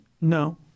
No